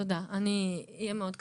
תודה, אני אהיה מאוד קצרה.